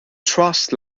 trust